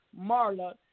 Marla